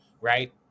right